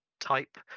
type